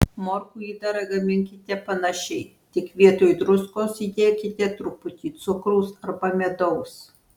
morkų įdarą gaminkite panašiai tik vietoj druskos įdėkite truputį cukraus arba medaus